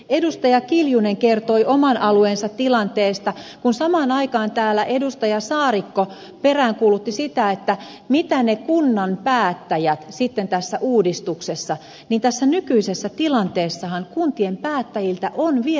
edustaja kiljunen kertoi oman alueensa tilanteesta ja kun samaan aikaan täällä edustaja saarikko peräänkuulutti sitä mitä ne kunnan päättäjät sitten tekevät tässä uudistuksessa niin tässä nykyisessä tilanteessahan kuntien päättäjiltä on viety valtaa